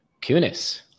kunis